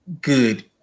good